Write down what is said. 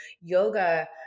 Yoga